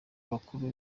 bakuru